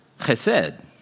Chesed